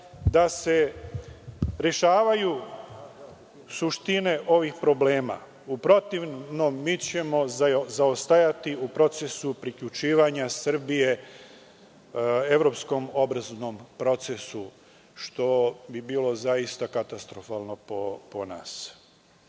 da se rešavaju suštine ovih problema. U protivnom, mi ćemo zaostajati u procesu priključivanja Srbije evropskom obrazovnom procesu, što bi bilo zaista katastrofalno po nas. Kroz